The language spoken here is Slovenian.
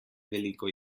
veliko